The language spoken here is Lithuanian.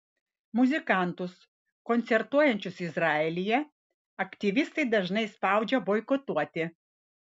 muzikantus koncertuojančius izraelyje aktyvistai dažnai spaudžia boikotuoti